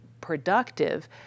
productive